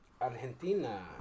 Argentina